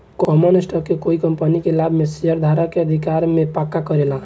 common stock कोइ company के लाभ में शेयरधारक के अधिकार के पक्का करेला